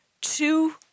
two